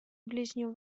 ближнем